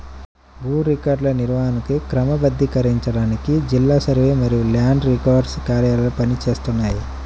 భూ రికార్డుల నిర్వహణను క్రమబద్ధీకరించడానికి జిల్లా సర్వే మరియు ల్యాండ్ రికార్డ్స్ కార్యాలయాలు పని చేస్తున్నాయి